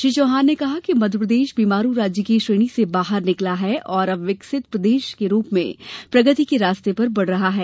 श्री चौहान ने कहा कि मध्यप्रदेश बीमारू राज्य की श्रेणी से बाहर निकला है और अब विकसित प्रदेश के रूप में प्रगति के रास्ते पर बढ़ रहा है